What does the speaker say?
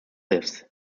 lives